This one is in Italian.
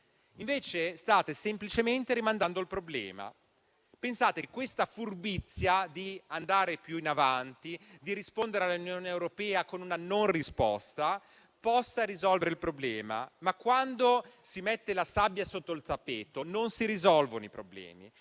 Invece state semplicemente rimandando il problema. Pensate che questa furbizia di andare più in avanti e di rispondere all'Unione europea con una non risposta possa risolvere il problema, ma quando si mette la sabbia sotto il tappeto non si risolvono i problemi.